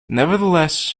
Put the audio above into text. nevertheless